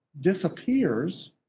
disappears